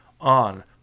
on